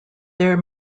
their